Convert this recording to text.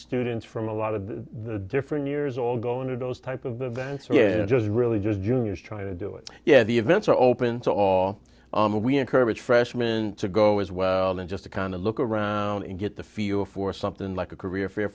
students from a lot of the different years all going to those type of events are you just really just juniors trying to do it yeah the events are open to all we encourage freshman to go as well and just to kind of look around and get the feel for something like a career